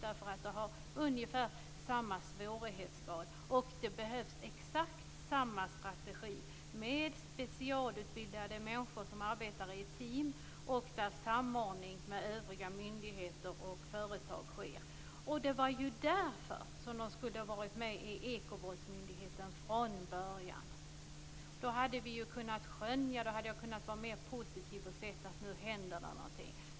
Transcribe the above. De har ungefär samma svårighetsgrad, och det behövs exakt samma strategi med specialutbildade människor som arbetar i ett team där samordning med övriga myndigheter och företag sker. Därför skulle de ha varit med under Ekobrottsmyndigheten från början. Då hade jag kunnat vara mer positiv, och vi hade sett att det nu händer någonting.